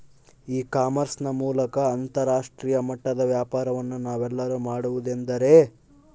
E commerce ನ ಮೂಲಕ ಅಂತರಾಷ್ಟ್ರೇಯ ಮಟ್ಟದ ವ್ಯಾಪಾರವನ್ನು ನಾವೆಲ್ಲರೂ ಮಾಡುವುದೆಂದರೆ?